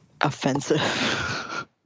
offensive